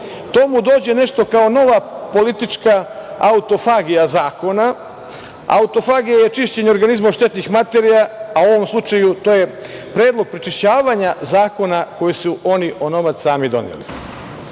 To mu dođe nešto kao nova politička autofagija zakona. Autofagija je čišćenje organizma od štetnih materija, a u ovom slučaju to je predlog prečišćavanja zakona koji su oni onomad sami doneli.Sećamo